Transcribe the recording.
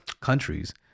countries